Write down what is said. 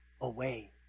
away